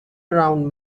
around